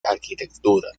arquitectura